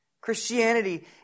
Christianity